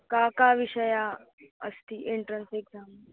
का का विषया अस्ति एन्ट्रन्स् एग्साम्